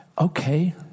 Okay